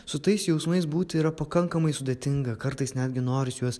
su tais jausmais būti yra pakankamai sudėtinga kartais netgi norisi juos